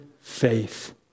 faith